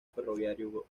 ferroviario